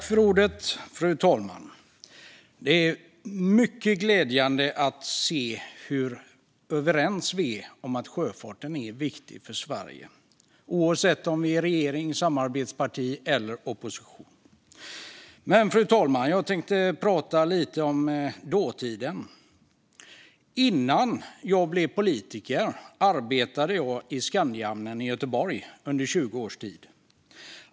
Fru talman! Det är mycket glädjande att se hur överens vi är om att sjöfarten är viktig för Sverige, oavsett om vi är regering, samarbetsparti eller opposition. Fru talman! Jag tänkte prata lite om dåtiden. Innan jag blev politiker arbetade jag i Skandiahamnen i Göteborg under 20 års tid.